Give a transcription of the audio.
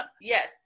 Yes